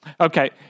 Okay